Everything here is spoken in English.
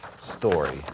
story